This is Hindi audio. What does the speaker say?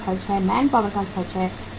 मैनपावर की लागत है